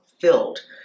filled